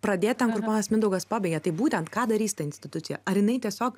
pradėt ten kur ponas mindaugas pabaigė tai būtent ką darys ta institucija ar jinai tiesiog